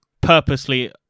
purposely